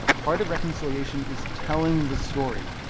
part of reconciliation is telling the story,